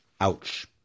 Ouch